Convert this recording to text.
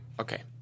Okay